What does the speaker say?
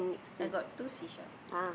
I got two sea shell